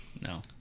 No